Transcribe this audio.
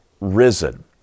risen